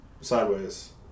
Sideways